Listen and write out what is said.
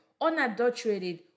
Unadulterated